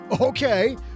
Okay